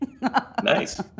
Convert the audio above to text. Nice